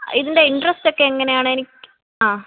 ഇതിൻ്റെ ഇന്റെറസ്റ്റൊക്കെ എങ്ങനെ ആണ് എനിക്ക് ആ